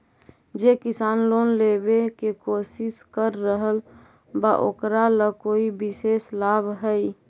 जे किसान लोन लेवे के कोशिश कर रहल बा ओकरा ला कोई विशेष लाभ हई?